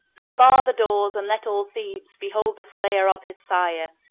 unbar the doors and let all thebes behold the slayer of his sire,